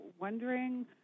wondering